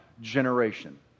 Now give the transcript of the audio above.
generation